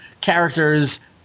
characters –